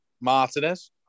Martinez